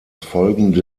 folgende